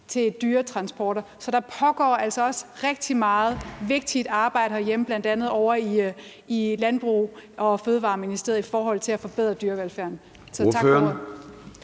til dyretransporter. Så der pågår altså også rigtig meget vigtigt arbejde herhjemme, bl.a. ovre i Ministeriet for Fødevarer, Landbrug og Fiskeri, i forhold til at forbedre dyrevelfærden.